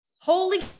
holy